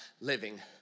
living